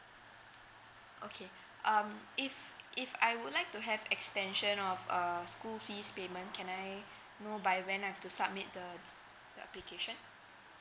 okay um if if I would like to have extension of uh school fees payment can I know by when I've to submit the the application